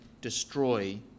destroy